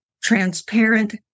transparent